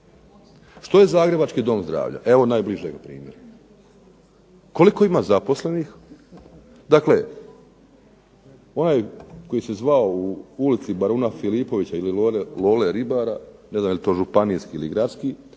Što je Zagrebački Dom zdravlja, evo najbližega primjera. Koliko ima zaposlenih? Dakle, onaj koji se zvao u ulici baruna Filipovića ili Lole ribara, ne znam jel to županijski ili gradski,